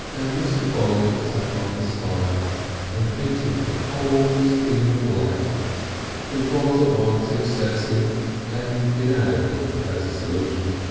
and mr. polly sat on the stile and hated the whole scheme of life which was at once excessive and inadequate as a solution.